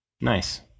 Nice